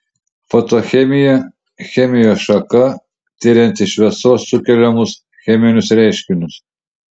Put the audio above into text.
fotochemija chemijos šaka tirianti šviesos sukeliamus cheminius reiškinius